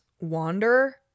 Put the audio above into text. wander